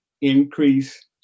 increase